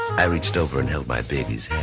i reached over and held my baby's hand.